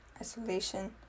isolation